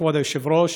כבוד היושב-ראש,